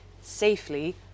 safely